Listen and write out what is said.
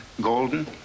golden